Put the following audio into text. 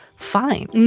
fine.